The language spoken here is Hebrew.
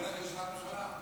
אני הולך לישיבת ממשלה,